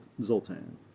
Zoltan